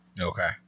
Okay